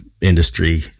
industry